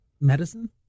medicine